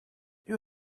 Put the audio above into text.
you